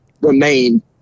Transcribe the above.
remain